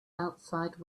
outside